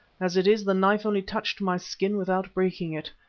as it is, the knife only touched my skin without breaking it,